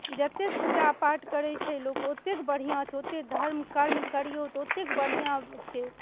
जतेक पूजा पाठ करै छै लोक ओतेक बढ़िआँ छै ओतेक धर्म कर्म करियौ तऽ ओतेक बढ़िआँ छै